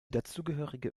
dazugehörige